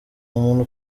umuntu